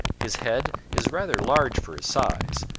his head is rather large for his size,